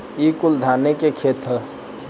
ई कुल धाने के खेत ह